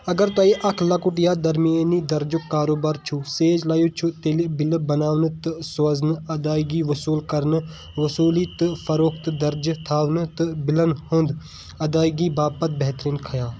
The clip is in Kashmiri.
اگر تۄیہِ اَکھ لۄکُٹ یا درمیٛٲنی درجُک کاروبار چھو، سیج لایٛو چھُ تیٚلہِ بِلہٕ بناونہٕ تہٕ سوزنہٕ، ادایگی وصوٗل كرنہٕ ، وصوٗلی تہٕ فروختہٟ درجہٟ تھاونہٕ تہٕ بِلَن ہُنٛد ادٲیگی باپَتھ بہتریٖن خیال